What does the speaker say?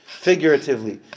figuratively